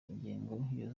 ingendo